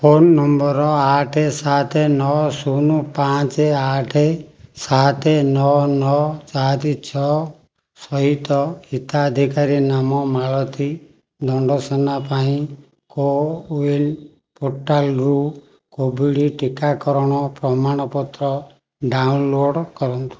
phone number ଆଠେ ସାତେ ନଅ ଶୂନ ପାଞ୍ଚେ ଆଠେ ସାତେ ନଅ ନଅ ଚାରି ଛଅ ସହିତ ହିତାଧିକାରୀ ନାମ ମାଳତୀ ଦଣ୍ଡସେନା ପାଇଁ କୋୱିନ୍ ପୋର୍ଟାଲ୍ରୁ କୋଭିଡ଼୍ ଟିକାକରଣ ପ୍ରମାଣପତ୍ର ଡାଉନଲୋଡ଼୍ କରନ୍ତୁ